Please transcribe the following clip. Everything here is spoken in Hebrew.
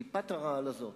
טיפת הרעל הזאת,